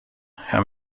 herr